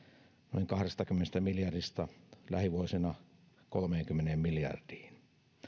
noin kahdestakymmenestä miljardista lähivuosina kolmekymmentä miljardiin